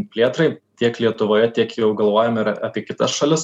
plėtrai tiek lietuvoje tiek jau galvojame ir apie kitas šalis